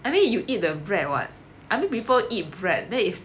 I mean you eat the bread [what] I mean people eat bread that is